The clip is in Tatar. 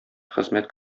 хезмәт